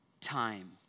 time